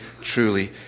truly